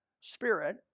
spirit